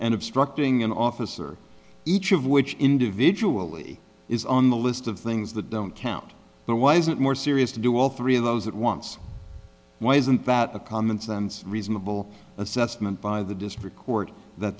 and obstructing an officer each of which individual lee is on the list of things that don't count but why isn't more serious to do all three of those at once why isn't that a commonsense reasonable assessment by the district court that